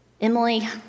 Emily